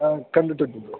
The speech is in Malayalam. ആ കണ്ടിട്ടുണ്ട് ബ്രോ